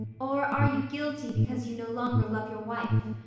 or are you guilty because you no longer love your wife?